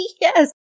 Yes